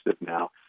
now